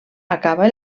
acaba